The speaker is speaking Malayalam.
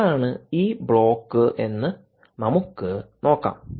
എന്താണ് ഈ ബ്ലോക്ക് എന്ന് നമുക്ക് നോക്കാം